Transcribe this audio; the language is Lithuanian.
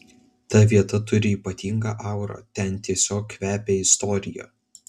ta vieta turi ypatingą aurą ten tiesiog kvepia istorija